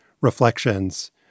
reflections